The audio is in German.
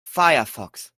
firefox